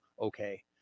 okay